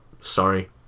sorry